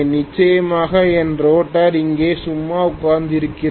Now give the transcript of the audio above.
நிச்சயமாக என் ரோட்டார் இங்கே சும்மா உட்கார்ந்திருக்கிறது